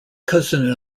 cousin